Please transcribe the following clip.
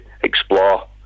explore